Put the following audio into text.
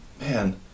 man